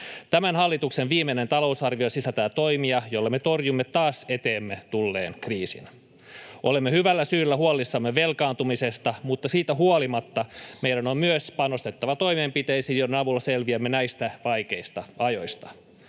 Tämän hallituksen viimeinen talousarvio sisältää toimia, joilla me torjumme taas eteemme tulleen kriisin. Olemme hyvällä syyllä huolissamme velkaantumisesta, mutta siitä huolimatta meidän on myös panostettava toimenpiteisiin, joiden avulla selviämme näistä vaikeista ajoista.